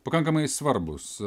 pakankamai svarbūs